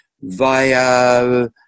via